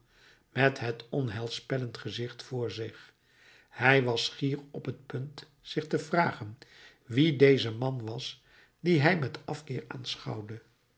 met het onheilspellend gezicht voor zich hij was schier op t punt zich te vragen wie deze man was dien hij met afkeer